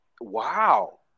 Wow